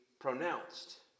pronounced